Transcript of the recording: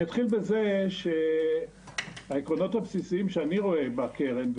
אני אתחיל בזה שהעקרונות הבסיסיים שאני רואה בקרן,